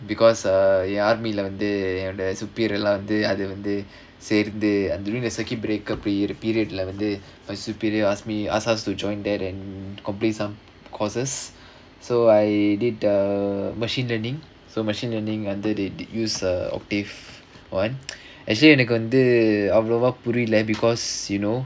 because uh ya வந்து:vandhu superior வந்து:vandhu during the circuit breaker pre~ period வந்து:vandhu my superior ask me ask us to join that and complete some courses so I did the machine learning so machine learning under they did use the octave one actually எனக்கு வந்து அவ்ளோவா புரியல:enakku vandhu avlovaa puriyala because you know